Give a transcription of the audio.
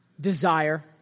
desire